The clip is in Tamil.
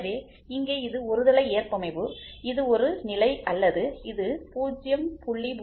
எனவே இங்கே இது ஒருதலை ஏற்பமைவு இது ஒரு நிலை அல்லது இது 0